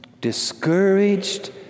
discouraged